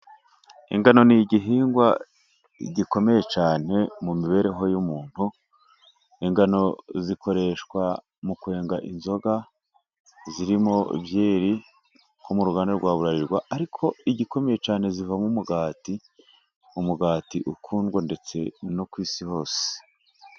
Ingano ni igihingwa gikomeye cyane mu mibereho y'umuntu, ingano zikoreshwa mu kwenga inzoga zirimo byeri, nko mu ruganda rwa BRALLIRWA, ariko igikomeye cyane zivamo umugati, umugati ukundwa ndetse no ku isi hose.